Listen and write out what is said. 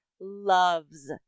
loves